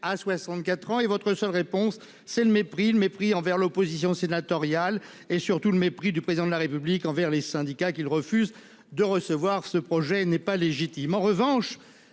à 64 ans. Et votre seule réponse, c'est le mépris : le mépris envers l'opposition sénatoriale et, surtout, le mépris du Président de la République envers les syndicats, qu'il refuse de recevoir. Ce projet n'est pas légitime.